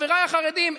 חבריי החרדים,